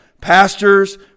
pastors